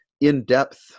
in-depth